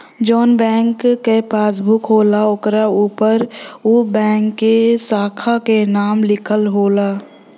जौन बैंक क पासबुक होला ओकरे उपर उ बैंक के साखा क नाम लिखल होला